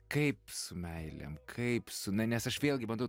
kaip su meilėm kaip su na nes aš vėlgi bandau